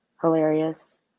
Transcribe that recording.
hilarious